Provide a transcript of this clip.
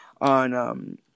on